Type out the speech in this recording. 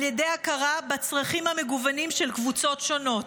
על ידי הכרה בצרכים המגוונים של קבוצות שונות,